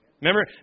Remember